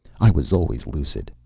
i was always lucid,